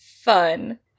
fun